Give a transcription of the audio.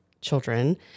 children